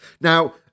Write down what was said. Now